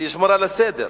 שישמור על הסדר.